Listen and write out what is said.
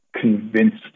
convinced